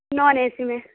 naan A C میں